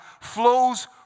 flows